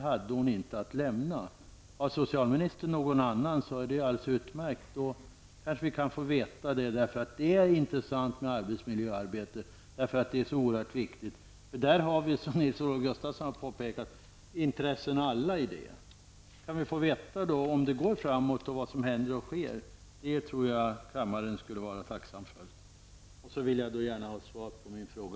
Har socialministern tillgång till någon annan statistik, vore det ju alldeles utmärkt. Då kanske vi kunde få veta det. Det är intressant med arbetsmiljöarbetet, eftersom det är så oerhört viktigt och det, som Nils-Olof Gustafsson påpekade, berör ju oss alla. Kan vi få veta om arbetsmiljöarbetet går framåt och vad det är som händer och sker? Det tror jag att kammaren skulle vara tacksam för. Dessutom vill jag gärna ha svar på min fråga.